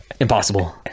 impossible